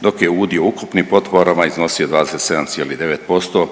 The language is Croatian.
dok je udio u ukupnim potporama iznosio 27,9%